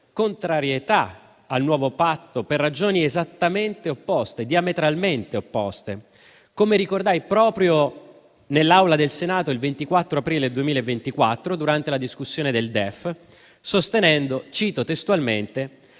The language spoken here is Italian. al nuovo Patto per ragioni diametralmente opposte, come ricordai proprio nell'Aula del Senato il 24 aprile 2024, durante la discussione del DEF, sostenendo - cito testualmente